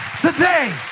today